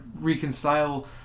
reconcile